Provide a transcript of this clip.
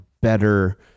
better